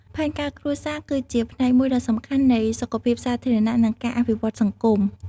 ផែនការគ្រួសារគឺជាផ្នែកមួយដ៏សំខាន់នៃសុខភាពសាធារណៈ និងការអភិវឌ្ឍសង្គម។